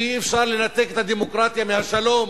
ואי-אפשר לנתק את הדמוקרטיה מהשלום.